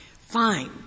fine